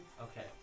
Okay